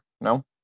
No